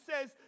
says